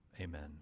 Amen